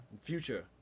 Future